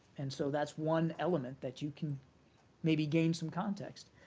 and so that's one element that you can maybe gain some context.